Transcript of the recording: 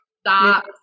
Stop